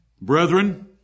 Brethren